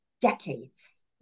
decades